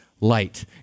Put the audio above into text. light